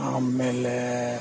ಆಮೇಲೆ